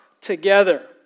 together